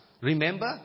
Remember